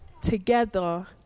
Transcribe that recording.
together